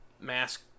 mask